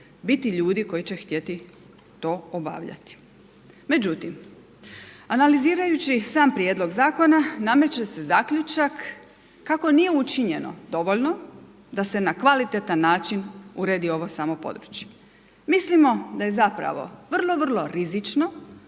biti ljudi koji će htjeti to obavljati. Međutim analizirajući sam prijedlog zakona, nameće se zaključak kako nije učinjeno dovoljno da se na kvalitetan način uredi ovo samo područje. Mislimo da je zapravo vrlo, vrlo rizično